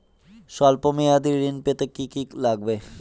সল্প মেয়াদী ঋণ পেতে কি কি লাগবে?